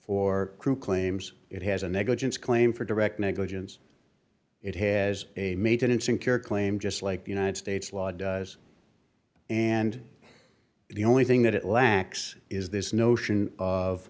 four crew claims it has a negligence claim for direct negligence it has a maintenance and care claim just like united states law does and the only thing that it lacks is this notion of